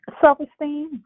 self-esteem